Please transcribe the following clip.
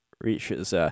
reaches